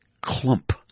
clump